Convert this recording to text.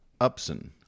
Upson